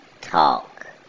talk